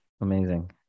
Amazing